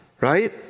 Right